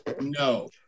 no